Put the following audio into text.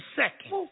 second